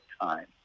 time